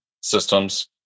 systems